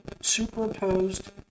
Superimposed